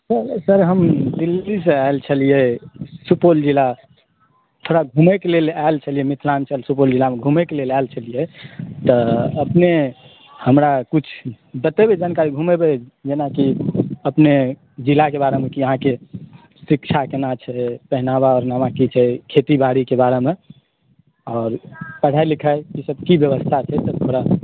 sir हम दिल्ली से आयल छलियै सुपौल जिला थोड़ा घुमयके लेल आयल छलियै मिथिलाञ्चल सुपौल जिला घुमयके लेल आयल छलियै तऽ अपने हमरा किछु बतेबै जानकारी घुमेबै जेनाकि अपने जिलाके बारेमे की अहाँकेँ शिक्षा केना छै पहिनावा ओढ़ावा की छै खेती बाड़ीके बारेमे आओर पढ़ाई लिखाई ईसब की व्यवस्था छै थोड़ा